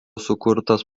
sukurtas